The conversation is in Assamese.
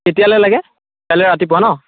কেতিয়ালে লাগে কাইলৈ ৰাতিপুৱা ন